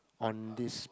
on this